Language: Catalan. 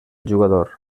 jugador